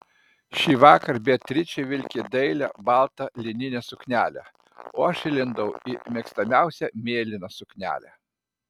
šįvakar beatričė vilki dailią baltą lininę suknelę o aš įlindau į mėgstamiausią mėlyną suknelę